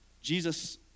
Jesus